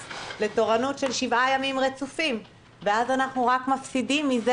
לתורנות של שבעה ימים רצופים ואז אנחנו רק מפסידים מזה